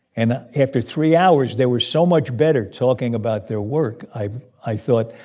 and after three hours, they were so much better talking about their work. i i thought,